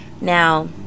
now